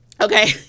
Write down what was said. Okay